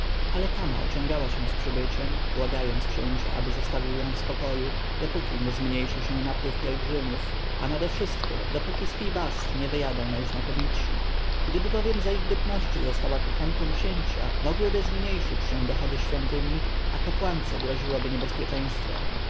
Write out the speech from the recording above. ale kama ociągała się z przybyciem błagając księcia aby zostawił ją w spokoju dopóki nie zmniejszy się napływ pielgrzymów a nadewszystko dopóki z pi-bast nie wyjadą najznakomitsi gdyby bowiem za ich bytności została kochanką księcia mogłyby zmniejszyć się dochody świątyni a kapłance groziłoby niebezpieczeństwo